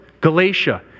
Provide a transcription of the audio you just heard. Galatia